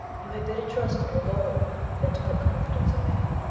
you had better trust in the lord than to put confidence in man.